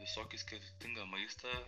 visokį skirtingą maistą